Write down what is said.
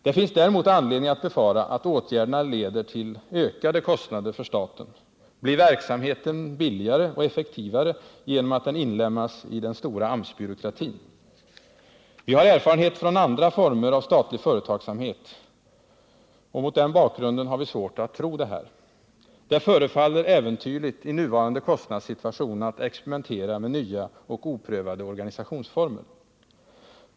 Det finns däremot anledning befara att åtgärderna leder till ökade kostnader för staten. Blir verksamheten billigare och effektivare genom att den inlemmas i den stora AMS-byråkratin? Vi har mot bakgrund av erfarenhet från andra former av statlig företagsamhet svårt att tro det. Det förefaller äventyrligt i nuvarande kostnadssituation att experimentera med nya och oprövade organisationsformer.